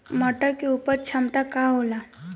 मटर के उपज क्षमता का होला?